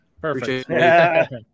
Perfect